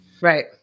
Right